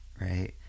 right